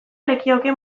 lekioke